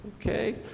Okay